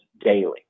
daily